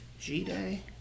G-Day